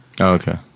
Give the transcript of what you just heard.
Okay